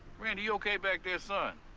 and yeah okay back there, son?